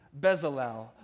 Bezalel